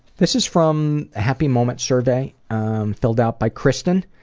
this is from happy moments survey filled out by kristen.